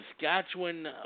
Saskatchewan